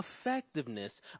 effectiveness